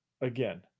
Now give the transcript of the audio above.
Again